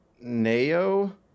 Neo